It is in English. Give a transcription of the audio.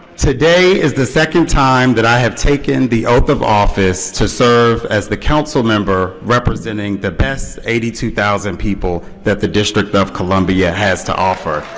today is the second time that i have taken the oath of office to serve as the councilmember representing the best eighty two thousand people that the district of columbia has to offer.